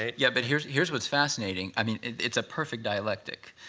ah yeah. but here's here's what's fascinating. i mean it's a perfect dialectic.